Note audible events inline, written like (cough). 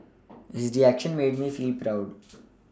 (noise) his reaction made me feel proud